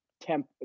temp